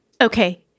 Okay